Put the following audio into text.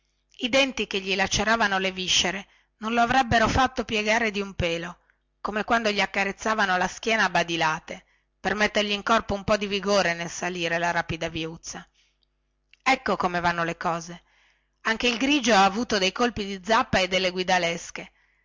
i denti che gli laceravano le viscere non gli avrebbero fatto piegar la schiena come il più semplice colpo di badile che solevano dargli onde mettergli in corpo un po di vigore quando saliva la ripida viuzza ecco come vanno le cose anche il grigio ha avuto dei colpi di zappa e delle guidalesche